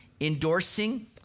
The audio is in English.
endorsing